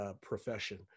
profession